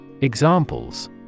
Examples